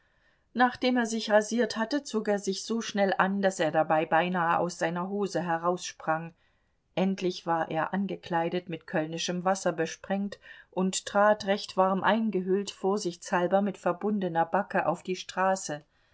nachdem er sich rasiert hatte zog er sich so schnell an daß er dabei beinahe aus seiner hose heraussprang endlich war er angekleidet mit kölnischem wasser besprengt und trat recht warm eingehüllt vorsichtshalber mit verbundener backe auf die straße